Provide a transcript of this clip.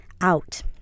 out